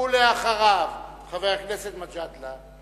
ולאחריו, חבר הכנסת מג'אדלה.